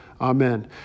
Amen